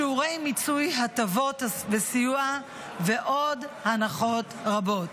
שיעורי מיצוי הטבות וסיוע ועוד הנחות רבות.